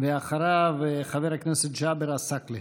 אחריו, חבר הכנסת ג'אבר עסאקלה.